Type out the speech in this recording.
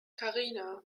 karina